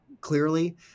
clearly